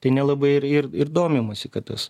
tai nelabai ir ir ir domimasi kad tas